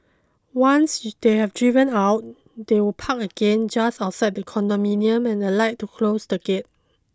once they have driven out they will park again just outside the condominium and alight to close the gate